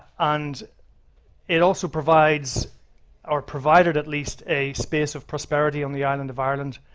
and it also provides or provided at least a space of prosperity on the island of ireland.